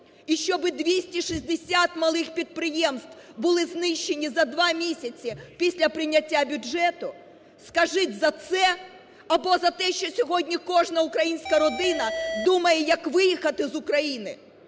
І щоби 260 малих підприємств були знищені за два місяці після прийняття бюджету? Скажіть, за це? Або за те, що сьогодні кожна українська родина думає, як виїхати з України,